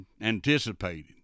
anticipated